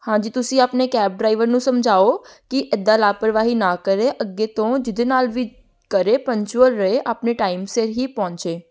ਹਾਂਜੀ ਤੁਸੀਂ ਆਪਣੇ ਕੈਬ ਡਰਾਈਵਰ ਨੂੰ ਸਮਝਾਓ ਕਿ ਇੱਦਾਂ ਲਾਪਰਵਾਹੀ ਨਾ ਕਰੇ ਅੱਗੇ ਤੋਂ ਜਿਹਦੇ ਨਾਲ ਵੀ ਕਰੇ ਪੰਚੂਅਲ ਰਹੇ ਆਪਣੇ ਟਾਈਮ ਸਿਰ ਹੀ ਪਹੁੰਚੇ